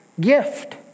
gift